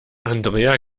andrea